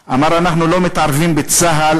אמר: אנחנו לא מתערבים בצה"ל,